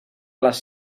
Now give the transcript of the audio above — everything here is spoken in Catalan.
les